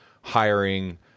hiring